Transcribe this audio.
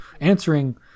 answering